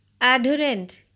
Adherent